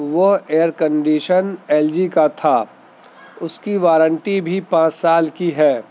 وہ air condition LG جی کا تھا اس کی وارنٹی بھی پانچ سال کی ہے